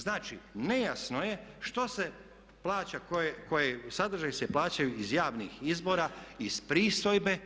Znači, nejasno je što se plaća koji sadržaji se plaćaju iz javnih izbora iz pristojbe